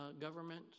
government